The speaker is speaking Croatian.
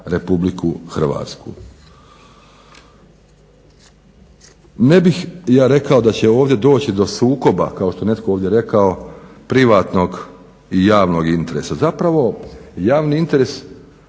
Republiku Hrvatsku. Ne bih ja rekao da će ovdje doći do sukoba kao što je netko ovdje rekao privatnog i javnog interesa. Zapravo javni interes